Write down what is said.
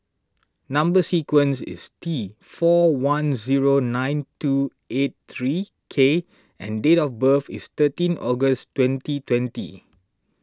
Number Sequence is T four one zero nine two eight three K and date of birth is thirteen August twenty twenty